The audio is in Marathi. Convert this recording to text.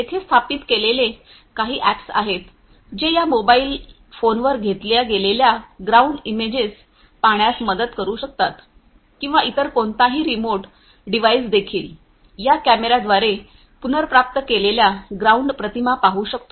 येथे स्थापित केलेले काही अॅप्स आहेत जे या मोबाईल फोनवर घेतल्या गेलेल्या ग्राउंड इमेजेज पाहण्यास मदत करू शकतात किंवा इतर कोणताही रिमोट डिव्हाइसदेखील या कॅमेर्याद्वारे पुनर्प्राप्त केलेल्या ग्राउंड प्रतिमा पाहू शकतो